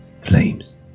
flames